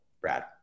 brad